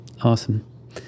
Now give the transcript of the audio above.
Awesome